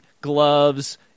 gloves